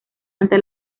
ante